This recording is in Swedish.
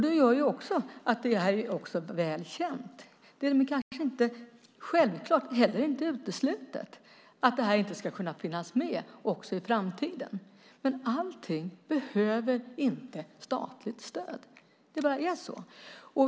Det gör också att de är väl kända. Det är kanske inte självklart men heller inte uteslutet att de inte ska kunna finnas också i framtiden. Men allting behöver inte statligt stöd. Det bara är så.